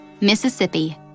Mississippi